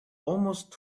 almost